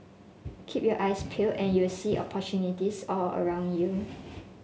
keep your eyes peel and you will see opportunities are all around you